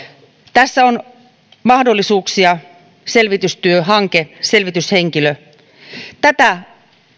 tässä on mahdollisuuksia selvitystyöhanke selvityshenkilö tätä